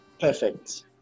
Perfect